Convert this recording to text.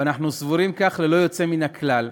ואנחנו סבורים כך ללא יוצא מן הכלל,